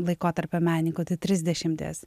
laikotarpio menininko tai trisdešimties